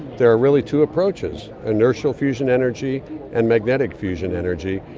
there are really two approaches inertial fusion energy and magnetic fusion energy,